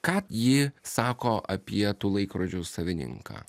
ką ji sako apie tų laikrodžių savininką